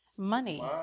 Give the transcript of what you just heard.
Money